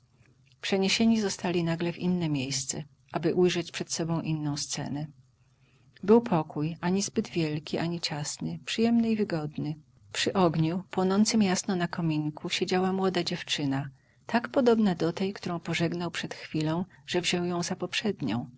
przeniesieni zostali nagle w inne miejsce aby ujrzeć przed sobą inną scenę był pokój ani zbyt wielki ani ciasny przyjemny i wygodny przy ogniu płonącym jasno na kominku siedziała młoda dziewczyna tak podobna do tej którą pożegnał przed chwilą że wziął ją za poprzednią